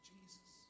Jesus